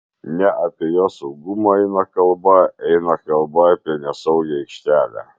ne apie jos saugumą eina kalba eina kalba apie nesaugią aikštelę